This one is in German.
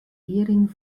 ehering